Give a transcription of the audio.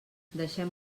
deixem